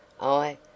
I